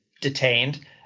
detained